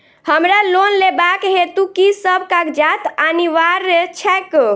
हमरा लोन लेबाक हेतु की सब कागजात अनिवार्य छैक?